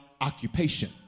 occupation